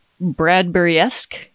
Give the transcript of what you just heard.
Bradbury-esque